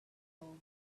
all